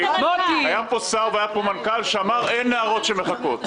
שהיו פה שר ומנכ"ל שאמרו שאין נערות שמחכות.